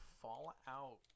Fallout